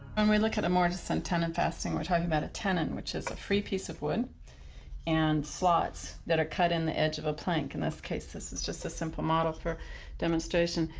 and we look at a mortise and tenon fastening, we're talking about tenon, which is a free piece of wood and slots that are cut in the edge of a plank, in this case this is just a simple model for demonstration.